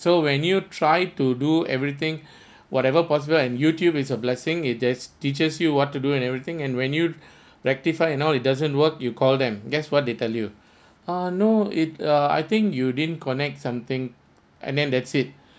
so when you try to do everything whatever possible and YouTube is a blessing it just teaches you what to do and everything and when you rectified and now it doesn't work you call them guess what they tell you ah no it err I think you didn't connect something and then that's it